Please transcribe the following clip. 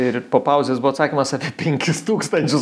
ir po pauzės buvo atsakymas apie penkis tūkstančius